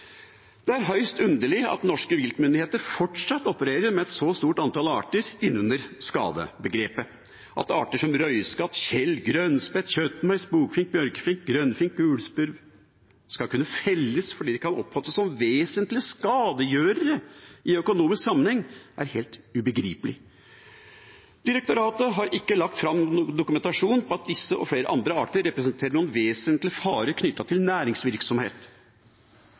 Det er høyst underlig at norske viltmyndigheter fortsatt opererer med et så stort antall arter inn under skadebegrepet. At arter som røyskatt, tjeld, grønnspett, kjøttmeis, bokfink, bjørkefink, grønnfink og gulspurv skal kunne felles fordi de kan oppfattes som vesentlige skadegjørere i økonomisk sammenheng, er helt ubegripelig. Direktoratet har ikke lagt fram noen dokumentasjon på at disse og flere andre arter representerer noen vesentlig fare knyttet til næringsvirksomhet.